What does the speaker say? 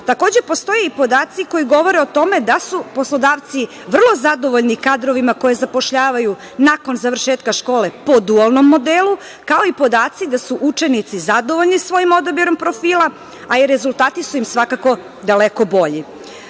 Takođe, postoje i podaci koji govore o tome da su poslodavci vrlo zadovoljni kadrovima koje zapošljavaju nakon završetka škole po dualnom modelu, kao i podaci da su učenici zadovoljni svojim odabirom profila, a i rezultati su im svakako daleko bolji. To